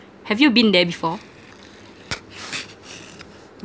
have you been there before